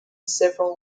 several